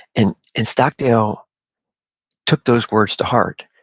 and and stockdale took those words to heart.